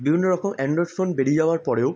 বিভিন্ন রকম android phone বেরিয়ে যাওয়ার পরেও